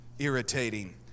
irritating